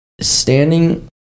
standing